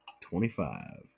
Twenty-five